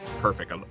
Perfect